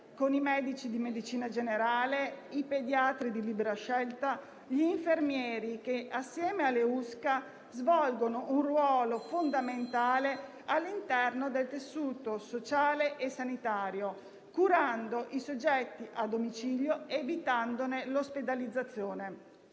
con i medici di medicina generale, i pediatri di libera scelta, gli infermieri che, assieme alle Unità speciali di continuità assistenziale (USCA), svolgono un ruolo fondamentale all'interno del tessuto sociale e sanitario, curando i soggetti a domicilio ed evitando l'ospedalizzazione.